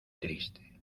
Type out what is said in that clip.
triste